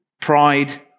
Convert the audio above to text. Pride